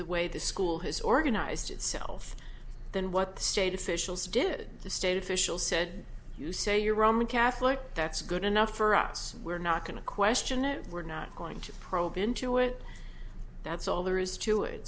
the way the school has organized itself than what the state officials did the state officials said you say you're roman catholic that's good enough for us we're not going to question it we're not going to probe into it that's all there is to it